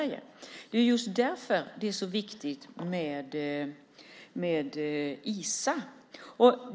Det är just därför det är så viktigt med Isa.